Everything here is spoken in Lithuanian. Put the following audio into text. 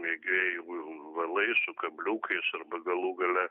mėgėjų valai su kabliukais arba galų gale